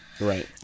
Right